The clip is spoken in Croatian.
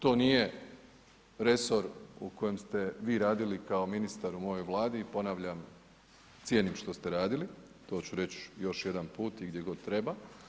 To nije resor u kojem ste vi radili kao ministar u mojoj Vladi i ponavljam, cijenim što ste radili, to ću reći još jedan put i gdje god da treba.